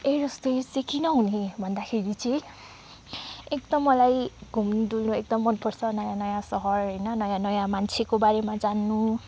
air hostess चाहिँ किन हुने भन्दाखेरि चाहिँ एकदम मलाई घुम्न डुल्न एकदम मनपर्छ नयाँ नयाँ सहर होइन नयाँ नयाँ मान्छेको बारेमा जान्नु